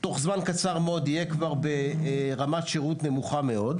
תוך זמן קצר מאד יהיה כבר ברמת שירות נמוכה מאוד.